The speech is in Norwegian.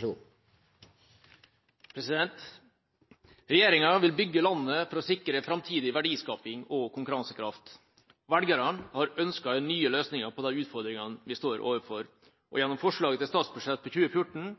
er omme. Regjeringa vil bygge landet for å sikre framtidig verdiskaping og konkurransekraft. Velgerne har ønsket nye løsninger på de utfordringene vi står overfor. Gjennom forslaget til statsbudsjett for 2014